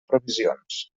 provisions